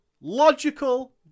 Logical